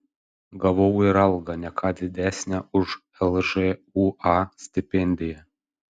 gavau ir algą ne ką didesnę už lžūa stipendiją